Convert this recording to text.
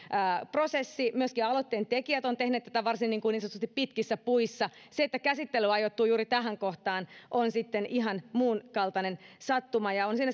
prosessi ja myöskin aloitteen tekijät ovat tehneet tätä varsin niin sanotusti pitkissä puissa se että käsittely ajoittuu juuri tähän kohtaan on sitten ihan muunkaltainen sattuma ja on siinä